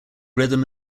rhythm